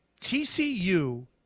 TCU